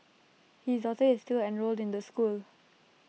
his daughter is still enrolled in the school